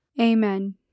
Amen